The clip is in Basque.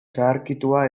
zaharkitua